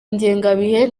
ngengabihe